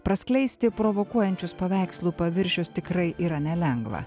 praskleisti provokuojančius paveikslų paviršius tikrai yra nelengva